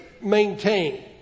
maintain